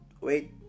wait